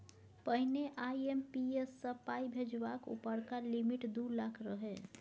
पहिने आइ.एम.पी.एस सँ पाइ भेजबाक उपरका लिमिट दु लाख रहय